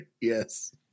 Yes